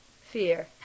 fear